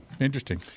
Interesting